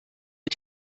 mit